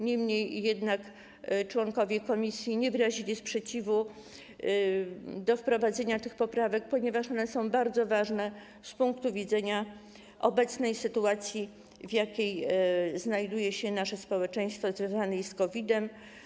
Niemniej jednak członkowie komisji nie wyrazili sprzeciwu wobec wprowadzenia tych poprawek, ponieważ one są bardzo ważne z punktu widzenia obecnej sytuacji, w jakiej znajduje się nasze społeczeństwo, związanej z COVID-em.